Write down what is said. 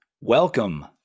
Welcome